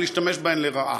ולהשתמש בהן לרעה.